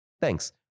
thanks